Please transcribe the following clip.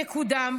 יקודם,